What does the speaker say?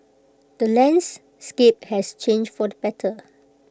the landscape has changed for the better